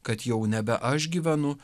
kad jau nebe aš gyvenu